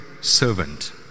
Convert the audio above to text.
servant